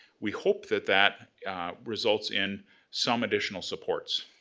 we hope that that results in some additional supports.